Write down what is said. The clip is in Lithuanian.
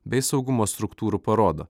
bei saugumo struktūrų parodo